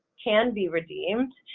can be redeemed,